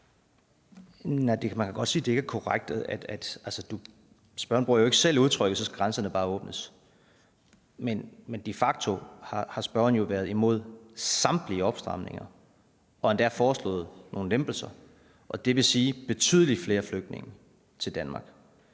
Man kan godt sige, at det ikke er korrekt. Altså, spørgeren bruger ikke selv udtrykket, at så skal grænserne bare åbnes, men de facto har spørgeren jo været imod samtlige opstramninger og endda foreslået nogle lempelser, dvs. betydelig flere flygtninge til Danmark.